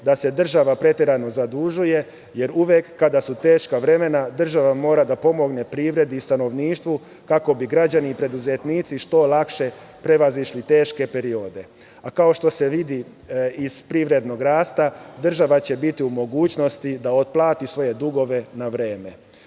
da se država preterano zadužuje, jer uvek kada su teška vremena, država mora da pomogne privredi i stanovništvu, kako bi građani i preduzetnici što lakše prevazišli teške periode. Kao što se vidi iz privrednog rasta, država će biti u mogućnosti da otplati svoje dugove na vreme. Zbog